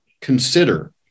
consider